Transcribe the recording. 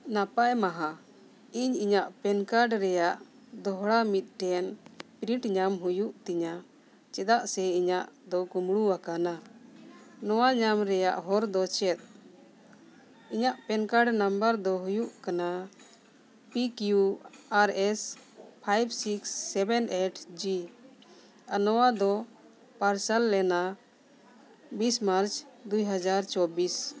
ᱱᱟᱯᱟᱭ ᱢᱟᱦᱟ ᱤᱧ ᱤᱧᱟᱹᱜ ᱯᱮᱱ ᱠᱟᱨᱰ ᱨᱮᱭᱟᱜ ᱫᱚᱦᱲᱟ ᱢᱤᱫᱴᱮᱱ ᱠᱨᱤᱰᱤᱴ ᱧᱟᱢ ᱦᱩᱭᱩᱜ ᱛᱤᱧᱟ ᱪᱮᱫᱟᱜ ᱥᱮ ᱤᱧᱟᱹᱜ ᱫᱚ ᱠᱩᱢᱲᱩ ᱟᱠᱟᱱᱟ ᱱᱚᱣᱟ ᱧᱟᱢ ᱨᱮᱭᱟᱜ ᱦᱚᱨ ᱫᱚ ᱪᱮᱫ ᱤᱧᱟᱹᱜ ᱯᱮᱱ ᱠᱟᱨᱰ ᱱᱟᱢᱵᱟᱨ ᱫᱚ ᱦᱩᱭᱩᱜ ᱠᱟᱱᱟ P Q R S five six seven eight G R ᱱᱚᱣᱟ ᱫᱚ ᱯᱟᱨᱥᱟᱞ ᱞᱮᱱᱟ ᱵᱤᱥ ᱢᱟᱨᱪ ᱫᱩ ᱦᱟᱡᱟᱨ ᱪᱚᱵᱽᱵᱤᱥ